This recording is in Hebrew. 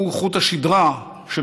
הוא חוט השדרה של